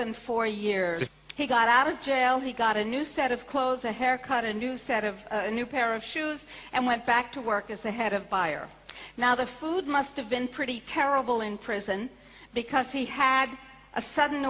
than four years he got out of jail he got a new set of clothes a haircut a new set of a new pair of shoes and went back to work as the head of buyer now the food must have been pretty terrible in prison because he had a sudden